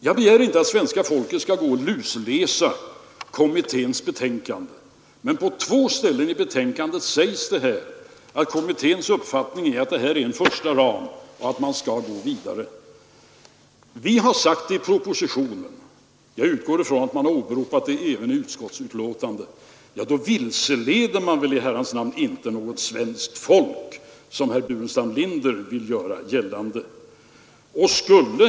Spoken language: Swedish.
Jag begär inte att svenska folket skall lusläsa kommitténs förslag, men på två ställen i betänkandet sägs det att detta är en första ram och att man i framtiden skall gå vidare. Vi har sagt detta i propositionen, och jag utgår från att man har åberopat det även i utskottsbetänkandet. Då kan man ju inte, som herr Burenstam Linder vill göra gällande, ha vilselett svenska folket.